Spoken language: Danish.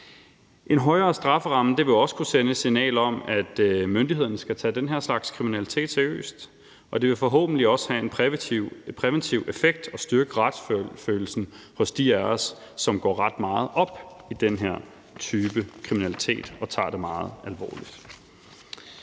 En højere strafferamme vil også kunne sende et signal om, at myndighederne skal tage den her slags kriminalitet seriøst, og det vil forhåbentlig også have en præventiv effekt og styrke retsfølelsen hos dem af os, som går ret meget op i den her type kriminalitet og tager den meget alvorligt.